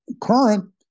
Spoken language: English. current